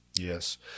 Yes